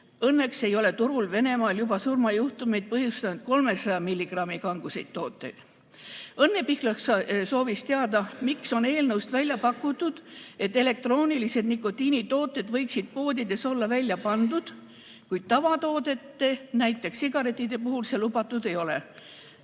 Õnneks ei ole turul Venemaal juba surmajuhtumeid põhjustanud 300-milligrammise kangusega tooteid. Õnne Pillak soovis teada, miks on eelnõus välja pakutud, et elektroonilised nikotiinitooted võiksid poodides olla välja pandud, kuid tavatoodete, näiteks sigarettide puhul see lubatud ei ole.